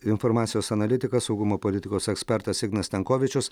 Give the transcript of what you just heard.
informacijos analitikas saugumo politikos ekspertas ignas stankovičius